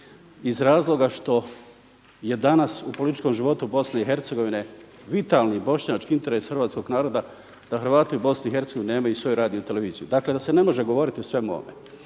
iz razloga što je danas u političkom životu vitalni bošnjački interes hrvatskog naroda da Hrvati u Bosni i Hercegovini nemaju svoju radio-televiziju, dakle da se ne može govoriti o svemu ovome.